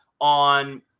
on